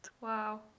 Wow